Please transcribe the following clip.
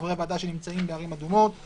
חברי ועדה שנמצאים בערים אדומות,